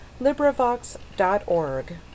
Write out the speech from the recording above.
LibriVox.org